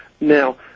Now